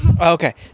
Okay